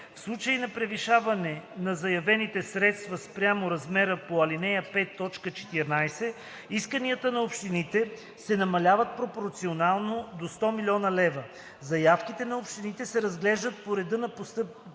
В случай на превишение на заявените средства спрямо размера по ал. 5, т. 14 исканията на общините се намаляват пропорционално до 100 млн. лв. Заявките на общините се разглеждат по реда на постъпването